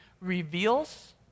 reveals